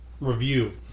review